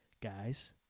Guys